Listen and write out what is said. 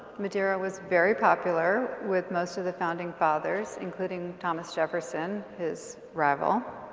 madeira was very popular, with most of the founding fathers, including thomas jefferson. his rival.